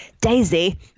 Daisy